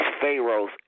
pharaohs